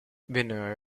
vennero